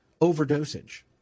Overdosage